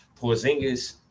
Porzingis